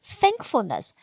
,thankfulness